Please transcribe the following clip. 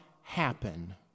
happen